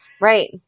Right